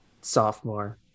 sophomore